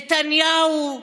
נתניהו,